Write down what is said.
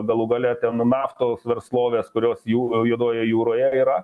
galų gale tam naftos versloves kurios juodojoje jūroje yra